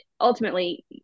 ultimately